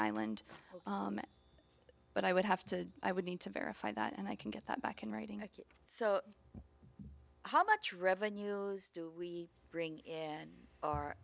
island but i would have to i would need to verify that and i can get that back in writing a q so how much revenue do we bring in our